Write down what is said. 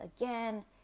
again